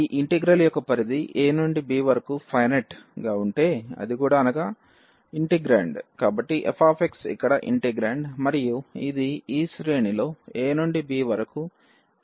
ఈ ఇంటిగ్రల్ యొక్క పరిధి a నుండి b వరకు ఫైనెట్ గా ఉంటే అది కూడా అనగా ఇంటిగ్రాండ్ కాబట్టి f ఇక్కడ ఇంటెగ్రాండ్ మరియు ఇది ఈ శ్రేణిలో a నుండి b వరకు X కు కట్టుబడి ఉంటుంది